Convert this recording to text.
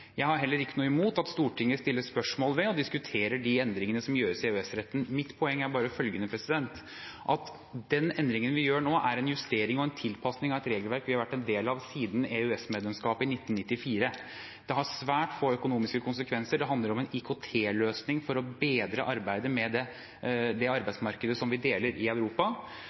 Jeg har heller ikke noe imot at Stortinget stiller spørsmål ved og diskuterer de endringene som gjøres i EØS-retten. Mitt poeng er bare følgende: Den endringen vi gjør nå, er en justering og en tilpasning av et regelverk vi har vært en del av siden EØS-medlemskapet i 1994. Det har svært få økonomiske konsekvenser, det handler om en IKT-løsning for å bedre arbeidet med det arbeidsmarkedet som vi deler i Europa.